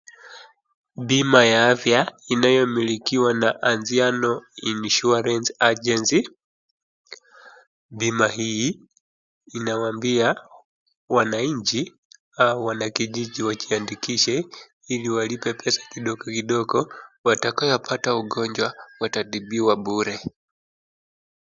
Bima ya afya inayomilikiwa na Angiano insurance agency . Bima hii inawaambia wananchi au wanakijiji wajiandikishe ili walipe pesa kidogo kidogo watakayopata ugonjwa watatibiwa bure.